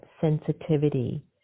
sensitivity